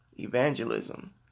evangelism